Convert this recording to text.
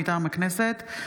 מטעם הכנסת,